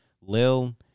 Lil